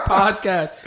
podcast